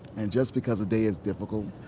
and just because a day is difficult,